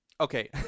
Okay